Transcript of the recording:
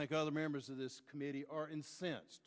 think all the members of this committee are incensed